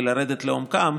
ולרדת לעומקם.